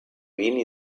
vint